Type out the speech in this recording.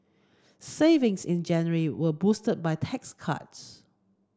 savings in January were boosted by tax cuts